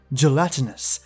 gelatinous